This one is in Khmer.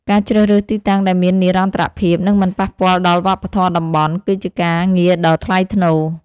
ការជ្រើសរើសទីតាំងដែលមាននិរន្តរភាព និងមិនប៉ះពាល់ដល់វប្បធម៌តំបន់ គឺជាការងារដ៏ថ្លៃថ្នូរ។